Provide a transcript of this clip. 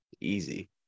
easy